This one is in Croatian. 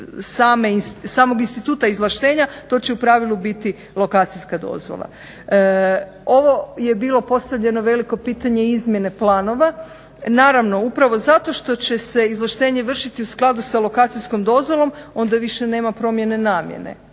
samog instituta izvlaštenja to će u pravilu biti lokacijska dozvola. Ovo je bilo postavljeno veliko pitanje izmjene planova. Naravno, upravo zato što će se izvlaštenje vršiti u skladu sa lokacijskom dozvolom onda više nema promjene namjene.